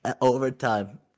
overtime